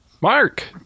Mark